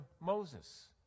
Moses